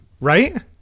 Right